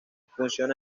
funciona